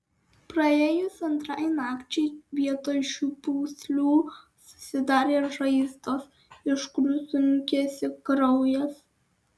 praėjus antrai nakčiai vietoj šių pūslių susidarė žaizdos iš kurių sunkėsi kraujas